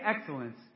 excellence